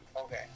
Okay